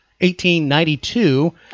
1892